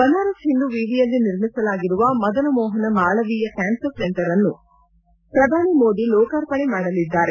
ಬನಾರಸ್ ಹಿಂದೂ ವಿವಿಯಲ್ಲಿ ನಿರ್ಮಿಸಲಾಗಿರುವ Madan Mohan Malaviya cancer centre ಅನ್ನು ಪ್ರಧಾನಿ ಮೋದಿ ಲೋಕಾರ್ಪಣೆ ಮಾಡಲಿದ್ದಾರೆ